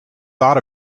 thought